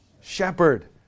shepherd